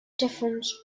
difference